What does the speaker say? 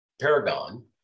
Paragon